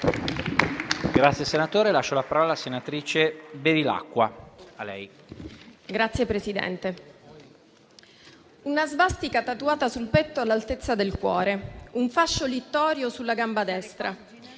una svastica tatuata sul petto all'altezza del cuore, un fascio littorio sulla gamba destra,